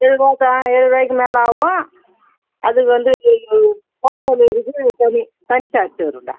இதுக்கு ஏழு ரூபாய்க்கு மேலே ஆகும் அதுக்கு வந்து ஹோம் டெலிவரிக்கு தனி தனி சார்ஜ் வரும்டா